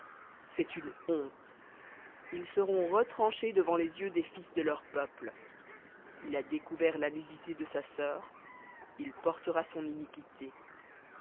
c'est une honte ils seront retranchés devant les yeux des fils de leur peuple il a découvert la nudité de sa sœur il portera son iniquité